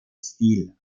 stil